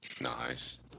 Nice